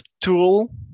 tool